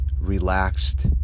relaxed